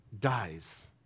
dies